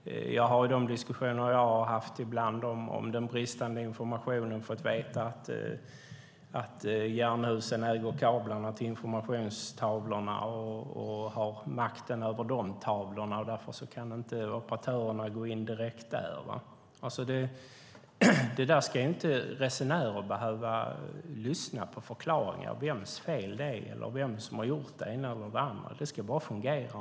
Jag har i de diskussioner som jag har haft om den bristande informationen ibland fått veta att Jernhusen äger kablarna till informationstavlorna och har makten över de tavlorna, och därför kan inte operatörerna gå in direkt där. Resenärer ska inte behöva lyssna på förklaringar om vems fel det är eller vem som har gjort det ena eller det andra. Det ska bara fungera.